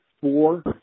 four